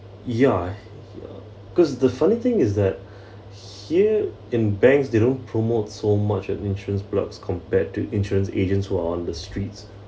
ya cause the funny thing is that here in banks they don't promote so much of insurance products compared to insurance agents who are on the streets